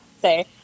say